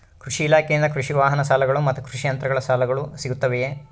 ಕೃಷಿ ಇಲಾಖೆಯಿಂದ ಕೃಷಿ ವಾಹನ ಸಾಲಗಳು ಮತ್ತು ಕೃಷಿ ಯಂತ್ರಗಳ ಸಾಲಗಳು ಸಿಗುತ್ತವೆಯೆ?